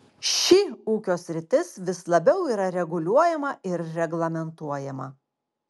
ši ūkio sritis vis labiau yra reguliuojama ir reglamentuojama